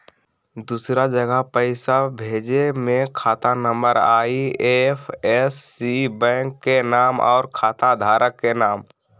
दूसरा जगह पईसा भेजे में खाता नं, आई.एफ.एस.सी, बैंक के नाम, और खाता धारक के नाम?